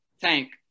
Tank